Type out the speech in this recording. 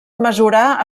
mesurar